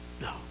No